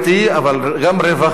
אבל גם רווח תקציבי,